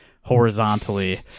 horizontally